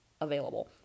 available